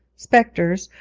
spectres,